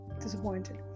disappointed